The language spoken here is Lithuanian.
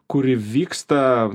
kuri vyksta